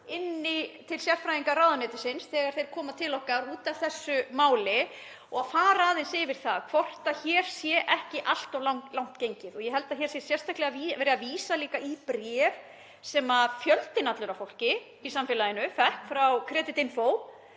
til sérfræðinga ráðuneytisins þegar þeir koma til okkar út af þessu máli og fara aðeins yfir það hvort hér sé ekki allt of langt gengið. Ég held að hér sé sérstaklega verið að vísa í bréf sem fjöldinn allur af fólki í samfélaginu fékk frá Creditinfo